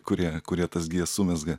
kurie kurie tas gijas sumezga